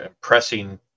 pressing